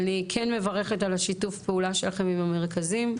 אני כן מברכת על שיתוף הפעולה שלכם עם המרכבים,